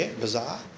bizarre